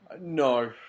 No